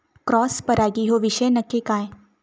Cross परागी ह्यो विषय नक्की काय?